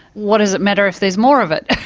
what does it matter if there's more of it?